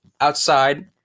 outside